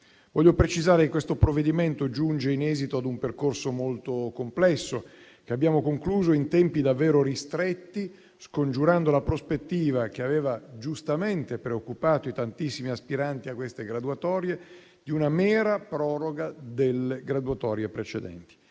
Vorrei precisare che questo provvedimento giunge in esito ad un percorso molto complesso che abbiamo concluso in tempi davvero ristretti, scongiurando la prospettiva, che aveva giustamente preoccupato i tantissimi aspiranti a queste graduatorie, di una mera proroga delle graduatorie precedenti.